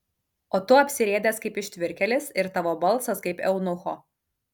o tu apsirėdęs kaip ištvirkėlis ir tavo balsas kaip eunucho